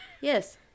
Yes